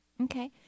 Okay